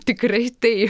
tikrai tai